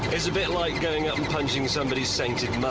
is a bit like going up and punching somebody's sainted